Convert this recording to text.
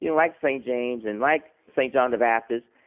you know like st. james and like st. john the baptist,